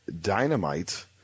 Dynamite